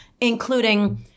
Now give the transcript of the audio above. including